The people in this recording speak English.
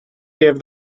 give